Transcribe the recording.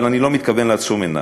אבל אני לא מתכוון לעצום עיניים,